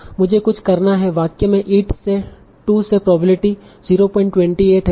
मुझे कुछ करना है वाक्य में eat से to से प्रोबेबिलिटी 028 है